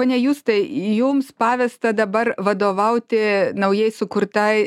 pone justai jums pavesta dabar vadovauti naujai sukurtai